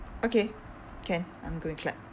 okay can I'm going to clap